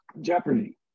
Jeopardy